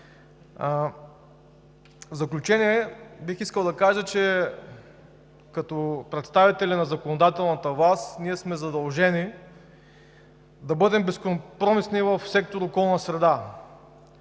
В заключение бих искал да кажа, че като представители на законодателната власт ние сме задължени да бъдем безкомпромисни в сектор „Околна среда“,